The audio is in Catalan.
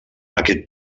aquest